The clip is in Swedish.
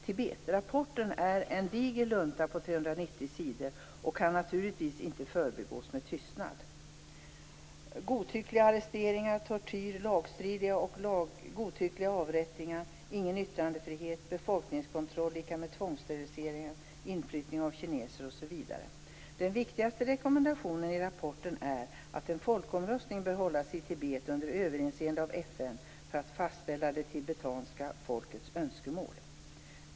Tibetrapporten är en diger lunta på 390 sidor och kan naturligtvis inte förbigås med tystnad. Godtyckliga arresteringar, tortyr, lagstridiga och godtyckliga avrättningar, ingen yttrandefrihet, befolkningskontroll lika med tvångssteriliseringar, inflyttning av kineser osv. rapporteras det om. Den viktigaste rekommendationen i rapporten är att en folkomröstning bör hållas i Tibet under överinseende av FN för att fastställa det tibetanska folkets önskemål.